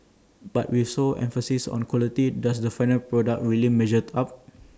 but with so much emphasis on quality does the final product really measure up